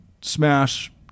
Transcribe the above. Smash